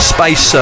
Space